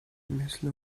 مثل